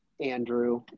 Andrew